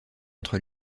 entre